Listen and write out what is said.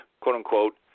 quote-unquote